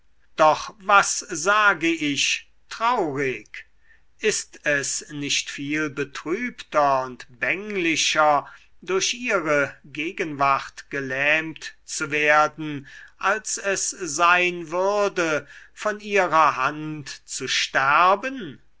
doch was sage ich traurig ist es nicht viel betrübter und bänglicher durch ihre gegenwart gelähmt zu werden als es sein würde von ihrer hand zu sterben